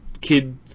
kid